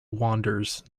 wanders